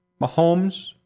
Mahomes